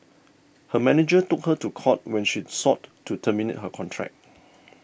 her manager took her to court when she sought to terminate her contract